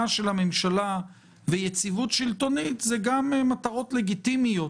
של הממשלה ויציבות שלטונית הן גם מטרות לגיטימיות